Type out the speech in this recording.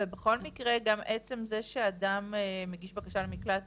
ובכל מקרה, גם עצם זה שאדם מגיש בקשה למקלט